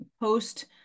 post